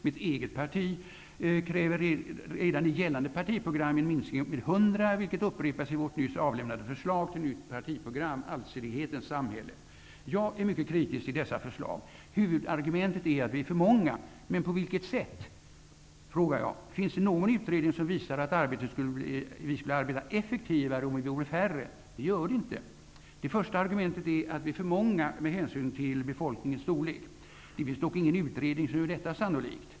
Mitt eget parti kräver redan i gällande partiprogram en minskning med 100, vilket upprepas i vårt nyss avlämnade förslag till nytt partiprogram, Allsidighetens samhälle. Jag är mycket kritisk till dessa förslag. Huvudargumentet är att vi är för många. Men på vilket sätt? frågar jag. Finns det någon utredning som visar att vi skulle arbeta effektivare om vi vore färre? Nej, det gör det inte. Det första argumentet är att vi är för många med hänsyn till befolkningens storlek. Det finns dock ingen utredning som gör detta sannolikt.